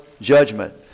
judgment